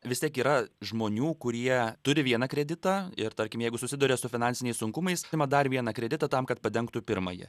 vis tiek yra žmonių kurie turi vieną kreditą ir tarkim jeigu susiduria su finansiniais sunkumais ima dar vieną kreditą tam kad padengtų pirmąjį